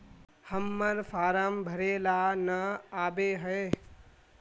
हम्मर फारम भरे ला न आबेहय?